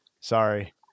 sorry